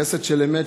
חסד של אמת,